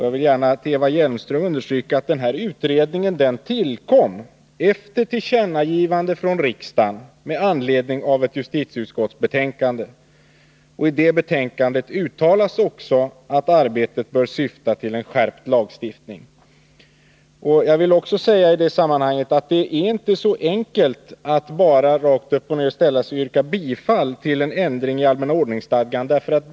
Jag vill för Eva Hjelmström gärna understryka att den här utredningen tillkom efter ett tillkännagivande från riksdagen med anledning av ett betänkande från justitieutskottet. I det betänkandet uttalades också att arbetet borde syfta till en skärpt lagstiftning. Låt mig i detta sammanhang också säga att det inte är så enkelt att man bara rakt upp och ned kan yrka bifall till ett förslag om en ändring i allmänna ordningsstadgan.